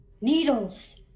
Needles